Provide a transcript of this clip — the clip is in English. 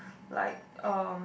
like uh